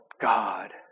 God